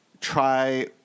try